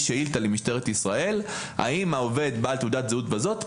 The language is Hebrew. שאילתה למשטרת ישראל לגבי עובד בעל תעודת זהות כזאת,